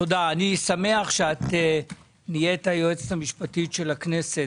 אני שמח שאת נהיית היועצת המשפטית של הכנסת,